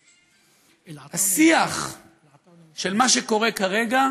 השיח של מה שקורה כרגע